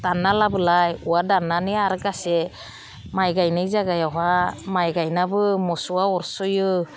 दानना लाबोलाय औवा दाननानै आरो गासै माइ गायनायनि जागायावहाय माइ गायनाबो मोसौआ अरसयो